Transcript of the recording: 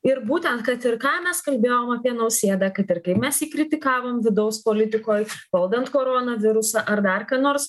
ir būtent kad ir ką mes kalbėjom apie nausėdą kad ir kaip mes jį kritikavom vidaus politikoj valdant koronavirusą ar dar ką nors